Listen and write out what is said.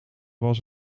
was